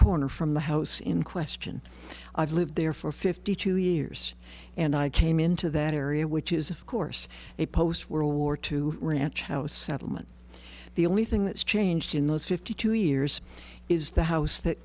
corner from the house in question i've lived there for fifty two years and i came into that area which is of course a post world war two ranch house settlement the only thing that's changed in those fifty two years is the house that